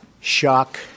shock